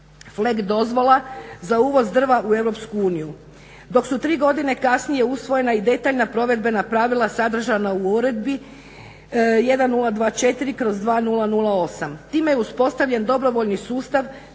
FLEGT dozvola za uvoz drva u EU. Dok su tri godine kasnije usvojena i detaljna provedbena pravila sadržana u uredbi 1024/2008. Time je uspostavljen dobrovoljni sustav